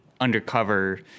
undercover